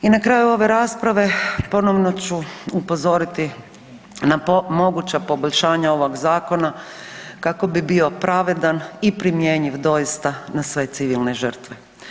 I na kraju ove rasprave ponovno ću upozoriti na moguća poboljšanja ovog zakona kako bi bio pravedan i primjenjiv doista na sve civilne žrtve.